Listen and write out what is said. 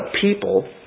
people